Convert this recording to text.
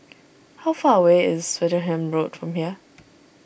how far away is Swettenham Road from here